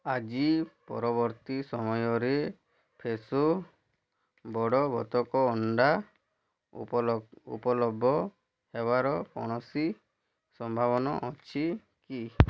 ଆଜି ପରବର୍ତ୍ତୀ ସମୟରେ ଫ୍ରେଶୋ ବଡ଼ ବତକ ଅଣ୍ଡା ଉପଲବ୍ଧ ହେବାର କୌଣସି ସମ୍ଭାବନା ଅଛି କି